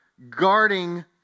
guarding